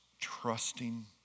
trusting